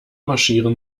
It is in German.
marschieren